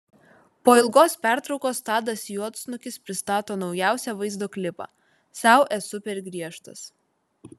po ilgos pertraukos tadas juodsnukis pristato naujausią vaizdo klipą sau esu per griežtas